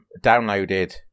downloaded